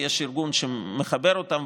ויש ארגון שמחבר אותם,